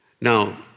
now